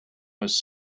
was